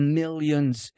millions